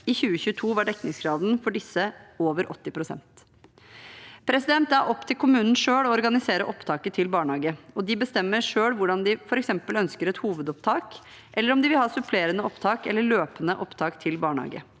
I 2022 var dekningsgraden for disse over 80 pst. Det er opp til kommunen selv å organisere opptaket til barnehagene, og de bestemmer selv hvordan – om de f.eks. ønsker et hovedopptak, eller om de vil ha supplerende opptak eller løpende opptak til barnehagene.